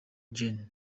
gen